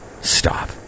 stop